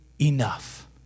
enough